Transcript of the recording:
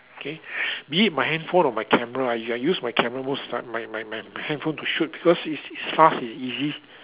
K be it my handphone or my camera I I use my camera most of the time my my my my handphone to shoot because it's it's fast and easy